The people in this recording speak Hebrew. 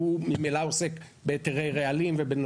חוק מניעת זיהום הים ממקורות יבשתיים; חוק המים)